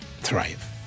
thrive